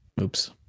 Oops